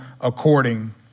according